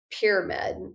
pyramid